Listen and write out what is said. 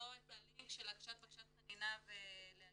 למצוא את הלינק של הגשת בקשת חנינה ולהגיש.